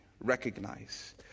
recognize